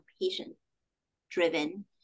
patient-driven